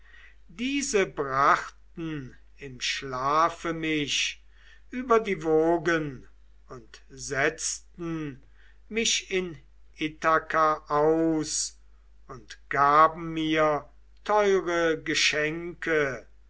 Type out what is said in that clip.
diese brachten im schlafe mich über die wogen und setzten mich in ithaka aus und gaben mir teure geschenke